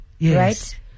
right